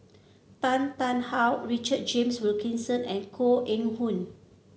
Tan Tarn How Richard James Wilkinson and Koh Eng Hoon